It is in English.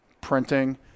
printing